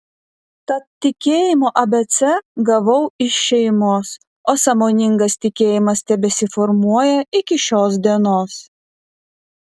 tad tikėjimo abc gavau iš šeimos o sąmoningas tikėjimas tebesiformuoja iki šios dienos